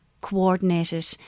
coordinated